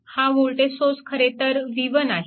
हा voltage source खरेतर v1 आहे